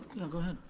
no, go ahead,